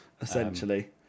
essentially